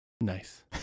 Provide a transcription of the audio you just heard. Nice